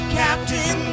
captain